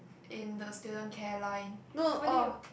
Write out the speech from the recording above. in the student care line why didn't you